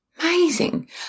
Amazing